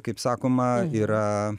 kaip sakoma yra